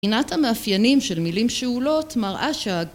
בחינת המאפיינים של מילים שאולות מראה שה...